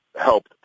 help